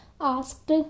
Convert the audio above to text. asked